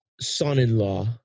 son-in-law